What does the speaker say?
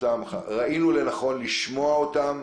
שראינו לנכון לשמוע אותם,